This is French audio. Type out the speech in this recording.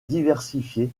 diversifié